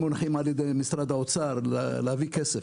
מונחים על-ידי משרד האוצר להביא כסף,